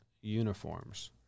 uniforms